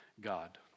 God